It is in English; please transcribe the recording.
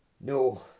No